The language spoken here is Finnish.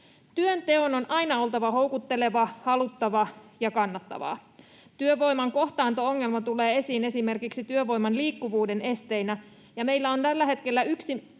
Työnteon on aina oltava houkuttelevaa, haluttavaa ja kannattavaa. Työvoiman kohtaanto-ongelma tulee esiin esimerkiksi työvoiman liikkuvuuden esteinä. Meillä on tällä hetkellä